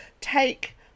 take